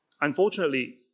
Unfortunately